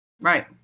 Right